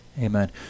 Amen